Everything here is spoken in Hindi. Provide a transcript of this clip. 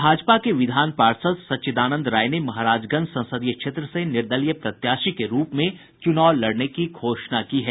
भाजपा के विधान पार्षद सच्चिदानंद राय ने महाराजगंज संसदीय क्षेत्र से निर्दलीय प्रत्याशी के रूप में चुनाव लड़ने की घोषणा की है